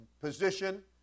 position